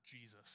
Jesus